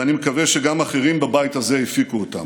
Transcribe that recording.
ואני מקווה שגם אחרים בבית הזה הפיקו אותם.